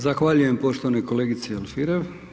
Zahvaljujem poštovanoj kolegici Alfirev.